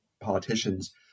politicians